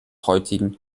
heutigen